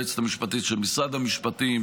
היועצת המשפטית של משרד המשפטים,